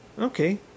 Okay